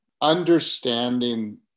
understanding